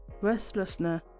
restlessness